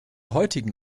heutigen